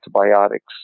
antibiotics